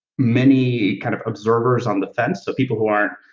many kind of observers on the fence, so people who aren't